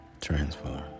Transform